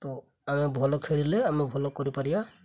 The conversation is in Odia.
ତ ଆମେ ଭଲ ଖେଳିଲେ ଆମେ ଭଲ କରିପାରିବା